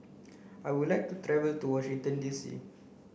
I would like to travel to Washington D C